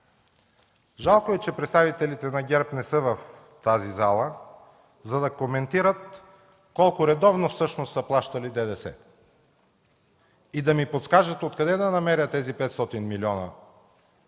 Жалко е, че представителите на ГЕРБ не са в тази зала, за да коментират колко редовно всъщност са плащали ДДС и да ми подскажат откъде да намеря тези 500 млн.